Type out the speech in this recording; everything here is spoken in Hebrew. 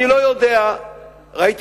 שמעתי,